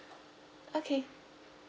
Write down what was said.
okay